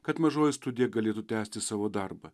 kad mažoji studija galėtų tęsti savo darbą